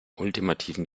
ultimativen